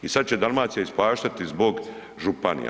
I sad će Dalmacija ispaštati zbog županija.